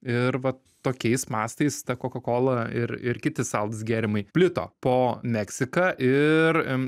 ir vat tokiais mastais ta kokakola ir ir kiti saldūs gėrimai plito po meksiką ir